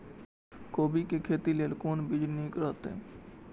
कोबी के खेती लेल कोन बीज निक रहैत?